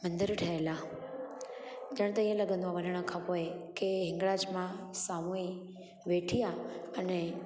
मंदर ठहियल आहे ॼण त इहो लॻंदो आहे वञण खां पोइ की हिंगणाज मां साम्हूं ई वेठी आहे अने